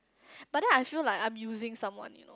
but then I feel like I'm using someone you know